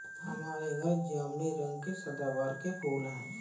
हमारे घर जामुनी रंग के सदाबहार के फूल हैं